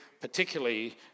particularly